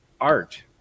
art